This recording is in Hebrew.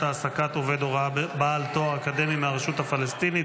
העסקת עובד הוראה בעל תואר אקדמי מהרשות הפלסטינית